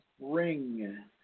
Ring